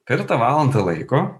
per tą valandą laiko